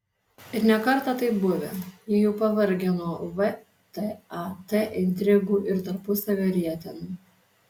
ir ne kartą taip buvę jie jau pavargę nuo vtat intrigų ir tarpusavio rietenų